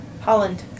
Holland